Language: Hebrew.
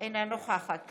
אינה נוכחת